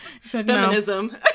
Feminism